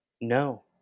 No